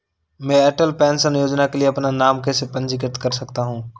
मैं अटल पेंशन योजना के लिए अपना नाम कैसे पंजीकृत कर सकता हूं?